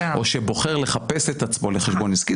או שבוחר לחפש את עצמו לחשבון עסקי,